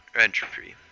entropy